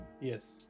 Yes